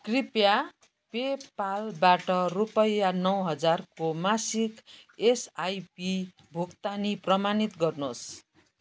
कृपया पे पालबाट रुपैयाँ नौ हजारको मासिक एसआइपी भुक्तानी प्रमाणित गर्नुहोस्